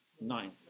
nine